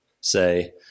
say